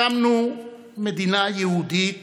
הקמנו מדינה יהודית